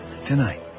Tonight